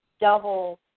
double